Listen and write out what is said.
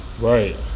Right